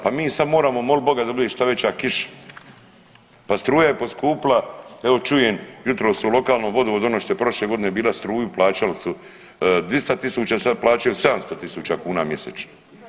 Pa mi sad moramo moliti Boga da bude što veća kiša, pa struja je poskupila evo čujem jutros u lokalnom vodovodu ono što je prošle godine bila struju plaćali su 200.000 sad plaćaju 700.000 kuna mjesečno.